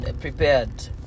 Prepared